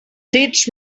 teach